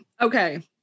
okay